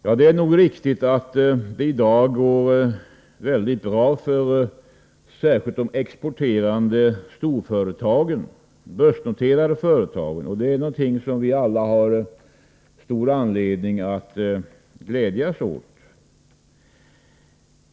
Ja, det är nog riktigt att det i dag går mycket bra för särskilt de exporterande, börsnoterade storföretagen, och det är något som vi alla har stor anledning att glädjas åt.